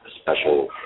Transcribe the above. special